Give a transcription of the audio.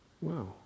Wow